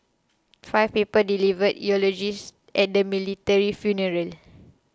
five people delivered eulogies at the military funeral